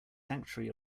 sanctuary